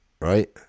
right